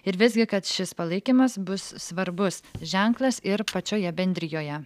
ir visgi kad šis palaikymas bus svarbus ženklas ir pačioje bendrijoje